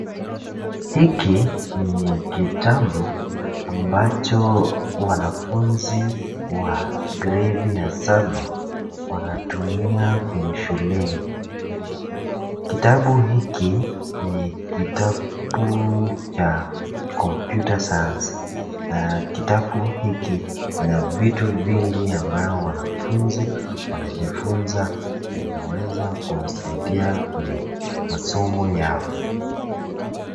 Hiki ni kitabu ambacho wanafunzi wa gredi ya saba wanatumia kwenye shuleni. Kitabu hiki ni kitabu cha computer science . Na kitabu hiki kina vitu vingi ambao wanafunzi wanajifunza na inaweza kuwasaidia kwenye masomo yao.